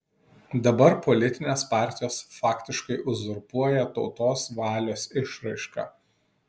dabar politinės partijos faktiškai uzurpuoja tautos valios išraišką